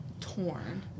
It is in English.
torn